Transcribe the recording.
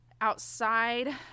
outside